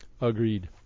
Agreed